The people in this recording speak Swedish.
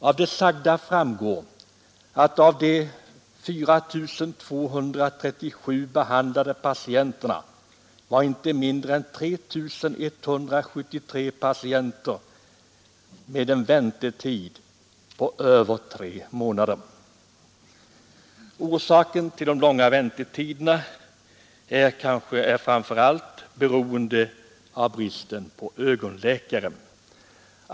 Av det sagda framgår att av de 4 237 behandlade patienterna hade inte mindre än 3 173 en väntetid på över tre månader. Orsaken till de långa väntetiderna är framför allt bristen på ögonläkare.